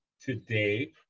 today